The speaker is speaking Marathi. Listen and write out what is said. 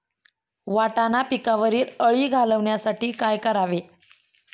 वाटाणा पिकावरील अळी घालवण्यासाठी काय करावे?